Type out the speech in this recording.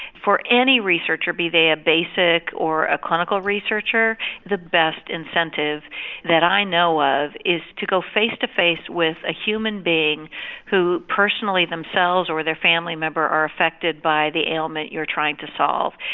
for any researcher be they a basic or a clinical researcher the best incentive that i know of is to go face to face with a human being who personally themselves or their family member are affected by the ailment you're trying to solve.